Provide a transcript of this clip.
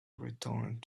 returned